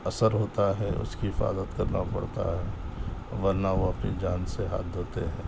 اثر ہوتا ہے اس کی حفاظت کرنا پڑتا ہے ورنہ وہ اپنی جان سے ہاتھ دھوتے ہیں